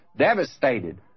Devastated